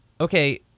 okay